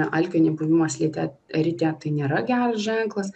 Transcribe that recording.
alkio nebuvimas lyte ryte tai nėra geras ženklas